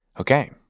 Okay